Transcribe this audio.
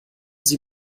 sie